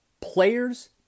players